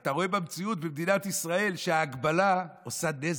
אתה רואה במציאות במדינת ישראל שההגבלה עושה נזק.